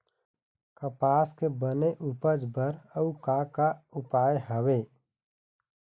कपास के बने उपज बर अउ का का उपाय हवे?